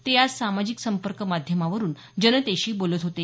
ते आज सामाजिक संपर्क माध्यमांवरून जनतेशी बोलत होते